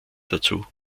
dazu